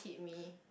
hit me